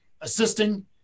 assisting